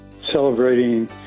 celebrating